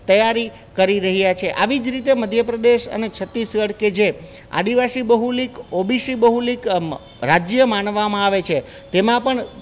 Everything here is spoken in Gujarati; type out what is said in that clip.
તૈયારી કરી રહ્યા છે આવી જ રીતે મધ્ય પ્રદેશ અને છત્તીસગઢ કે જે આદિવાસી બહુલિક ઓબીસી બહુલિક મ રાજ્ય માનવામાં આવે છે તેમાં પણ